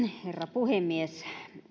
herra puhemies